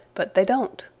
but they don't.